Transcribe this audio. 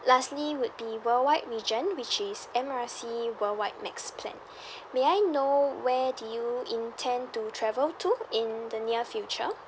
lastly would be worldwide region which is M R C worldwide max plan may I know where do you intend to travel to in the near future